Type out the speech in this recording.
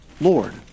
Lord